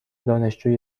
دانشجوی